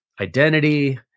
identity